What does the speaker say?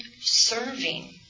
serving